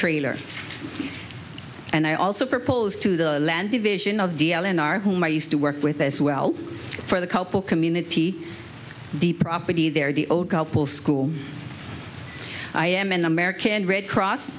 trailer and i also proposed to the land division of d l in our home i used to work with as well for the couple community the property there the old couple school i am an american red cross